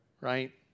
Right